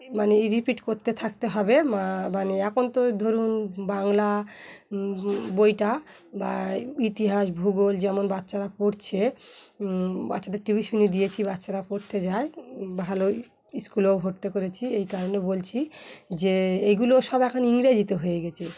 মানে রিপিট করতে থাকতে হবে মা মানে এখন তো ধরুন বাংলা বইটা বা ইতিহাস ভূগোল যেমন বাচ্চারা পড়ছে বাচ্চাদের টিউশনি দিয়েছি বাচ্চারা পড়তে যায় ভালো স্কুলেও ভর্তি করেছি এই কারণে বলছি যে এগুলো সব এখন ইংরেজিতে হয়ে গেছে